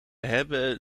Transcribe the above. hebben